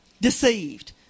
Deceived